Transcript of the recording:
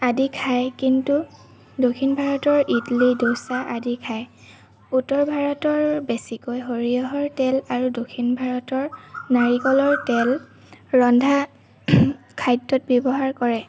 আদি খায় কিন্তু দক্ষিণ ভাৰতৰ ইদলি ডোচা আদি খায় উত্তৰ ভাৰতৰ বেছিকৈ সৰিয়হৰ তেল আৰু দক্ষিণ ভাৰতৰ নাৰিকলৰ তেল ৰন্ধা খাদ্যত ব্যৱহাৰ কৰে